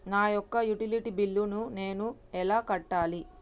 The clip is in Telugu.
నా యొక్క యుటిలిటీ బిల్లు నేను ఎలా కట్టాలి?